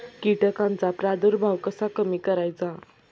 कीटकांचा प्रादुर्भाव कसा कमी करायचा?